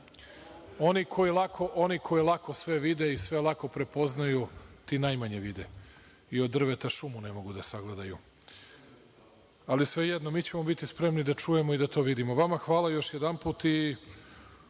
Oni koji lako sve vide i sve lako prepoznaju, ti najmanje vide i od drveta šumu ne mogu da sagledaju. Svejedno, mi ćemo biti spremni da čujemo i da to vidimo. Vama hvala još jedanput i